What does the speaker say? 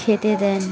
খেতে দেন